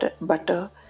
butter